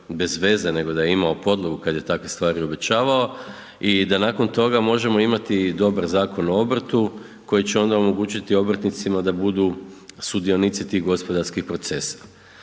nego da je imao podlogu kad je takve stvari obećavao i da nakon toga možemo imati i dobar Zakon o obrtu koji će onda omogućiti obrtnicima da budu sudionici tih gospodarskih procesa.